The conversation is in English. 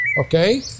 okay